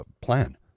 plan